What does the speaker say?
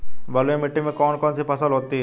बलुई मिट्टी में कौन कौन सी फसल होती हैं?